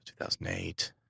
2008